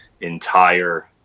entire